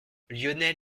lionel